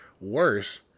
worse